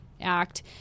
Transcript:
Act